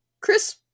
Chris